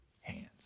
hands